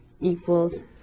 equals